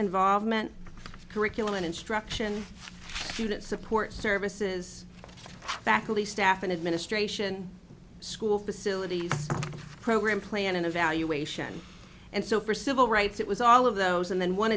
involvement curriculum and instruction student support services faculty staff and administration school facilities program plan and evaluation and so for civil rights it was all of those and then one